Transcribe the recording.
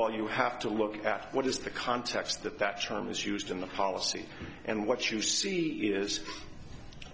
all you have to look at what is the context that that term is used in the policy and what you see is